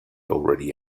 already